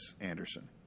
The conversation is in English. Anderson